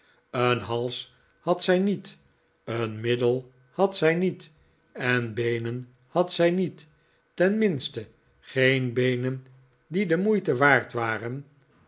een hals had zij niet een middel had zij niet en beenen had zij niet tenminste geen beenen die de moeite waard waren